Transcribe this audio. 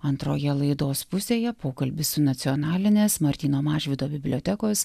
antroje laidos pusėje pokalbis su nacionalinės martyno mažvydo bibliotekos